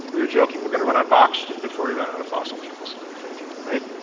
we're joking. we're going to run out of oxygen before we run out of fossil fuels, i think. right?